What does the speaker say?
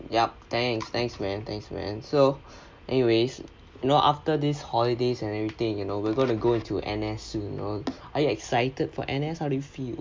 yup thanks thanks man thanks man so anyways you know after these holidays and everything you know we're gonna go into N_S soon you know are you excited for N_S how do you feel